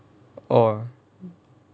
orh